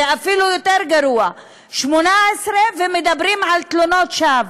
זה אפילו יותר גרוע, 18, ומדברים על תלונות שווא,